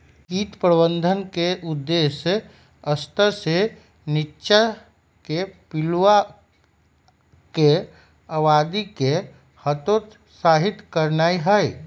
कीट प्रबंधन के उद्देश्य स्तर से नीच्चाके पिलुआके आबादी के हतोत्साहित करनाइ हइ